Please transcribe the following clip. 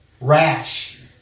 rash